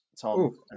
Tom